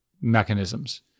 mechanisms